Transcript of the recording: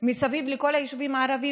בצד הטכנולוגי,